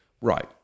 right